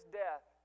death